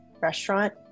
restaurant